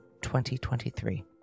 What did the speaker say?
2023